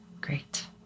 Great